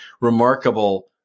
remarkable